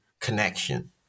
connection